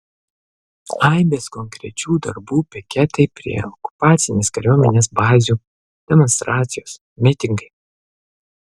aibės konkrečių darbų piketai prie okupacinės kariuomenės bazių demonstracijos mitingai